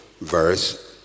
verse